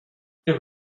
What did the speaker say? there